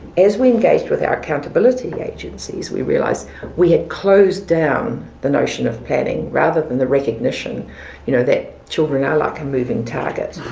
as we engaged with our accountability agencies, we realized we had closed down the notion of planning rather than the recognition you know that children are like a moving target.